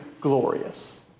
glorious